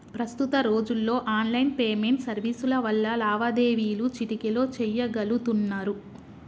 ప్రస్తుత రోజుల్లో online payment సర్వీసుల వల్ల లావాదేవీలు చిటికెలో చెయ్యగలుతున్నరు